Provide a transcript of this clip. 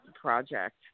project